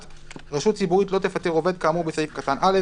(1)רשות ציבורית לא תפטר עובד כאמור בסעיף קטן (א)